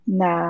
na